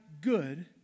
good